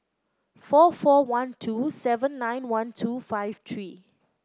four four one two seven nine one two five three